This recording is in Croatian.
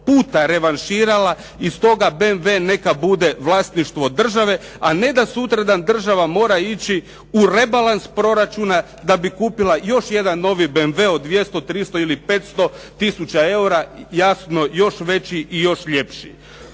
puta revanširala. I stoga BMW neka bude vlasništvo države, a ne da sutradan država mora ići u rebalans proračuna, da bi kupila još jedan novi BMW od 200, 300 ili 500 tisuća eura, jasno još veći i još ljepši.